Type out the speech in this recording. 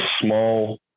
small